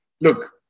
look